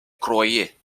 croyais